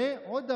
ועוד דבר,